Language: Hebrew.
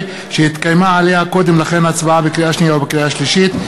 שהתקיימה עליה קודם לכן הצבעה בקריאה השנייה ובקריאה השלישית.